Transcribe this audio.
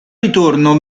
ritorno